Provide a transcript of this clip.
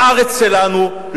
בארץ שלנו,